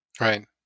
Right